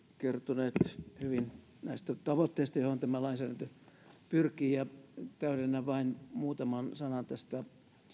kertoneet hyvin näistä tavoitteista joihin tämä lainsäädäntö pyrkii täydennän vain muutaman sanan tästä